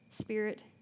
Spirit